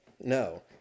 No